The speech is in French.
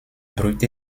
brut